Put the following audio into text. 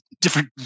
different